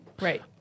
right